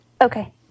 Okay